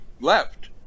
left